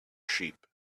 sheep